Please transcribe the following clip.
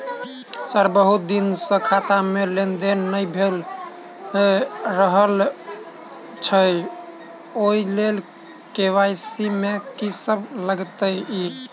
Sir बहुत दिन सऽ खाता मे लेनदेन नै भऽ रहल छैय ओई लेल के.वाई.सी मे की सब लागति ई?